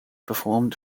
performed